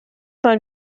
mal